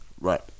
right